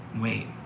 wait